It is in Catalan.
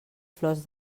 flors